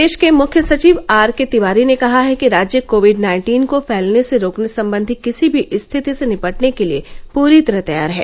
प्रदेश के मुख्य सचिव आर के तिवारी ने कहा है कि राज्य कोविड नाइन्टीन को फैलने से रोकने संबंधी किसी भी स्थिति से निपटने के लिए पूरी तरह तैयार है